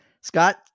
Scott